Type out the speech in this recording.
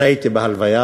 אני הייתי בהלוויה,